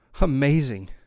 amazing